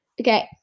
Okay